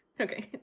Okay